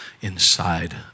inside